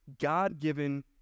God-given